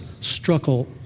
struggle